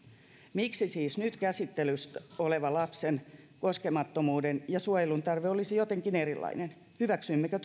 miksi siis nyt käsittelyssä oleva lapsen koskemattomuuden ja suojelun tarve olisi jotenkin erilainen hyväksymmekö